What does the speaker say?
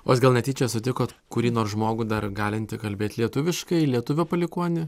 o jūs gal netyčia sutikot kurį nors žmogų dar galintį kalbėt lietuviškai lietuvių palikuonį